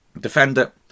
Defender